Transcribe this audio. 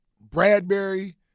Bradbury